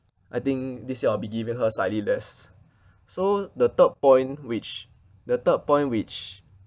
I think this year I will be giving her slightly less so the third point which the third point which